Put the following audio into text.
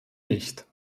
nicht